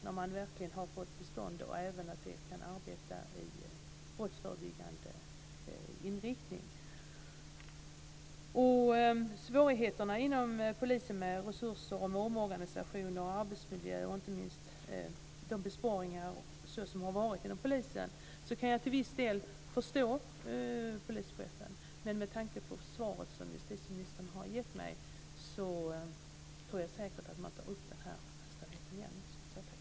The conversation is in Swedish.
Man har ju verkligen fått till stånd en verksamhet som kan arbeta med brottsförebyggande inriktning. Med de svårigheterna med resurser, omorganisation, arbetsmiljö och inte minst de besparingar som har varit inom polisen kan jag till viss del förstå polischefen. Men med tanke på svaret som justitieministern har gett mig tror jag säkert att man tar upp den här verksamheten igen.